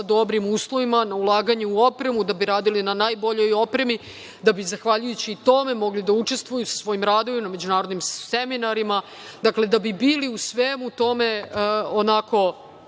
dobrim uslovima, na ulaganju u opremu, da bi radili na najboljoj opremi, da bi zahvaljujući tome mogli da učestvuju sa svojim radovima na međunarodnim seminarima, dakle da bi bili u svemu tome onako